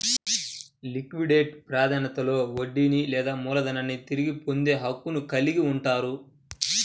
liquidate ప్రాధాన్యతలో వడ్డీని లేదా మూలధనాన్ని తిరిగి పొందే హక్కును కలిగి ఉంటారు